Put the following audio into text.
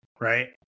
right